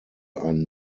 ein